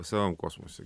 savam kosmose